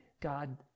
God